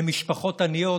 למשפחות עניות